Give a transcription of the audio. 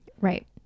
right